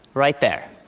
right there.